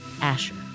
Asher